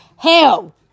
Hell